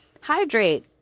Hydrate